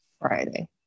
Friday